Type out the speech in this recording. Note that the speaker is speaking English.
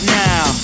now